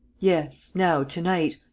yes, now, to-night.